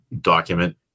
document